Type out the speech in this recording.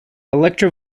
electro